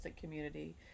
community